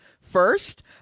first